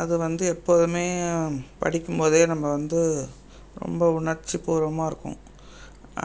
அது வந்து எப்போதுமே படிக்கும் போதே நம்ம வந்து ரொம்ப உணர்ச்சிப்பூர்வமாக இருக்கும்